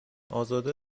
ازاده